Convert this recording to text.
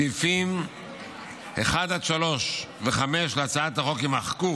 סעיפים 1 3 ו-5 להצעת החוק יימחקו